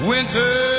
Winter